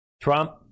Trump